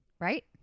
right